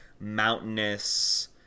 mountainous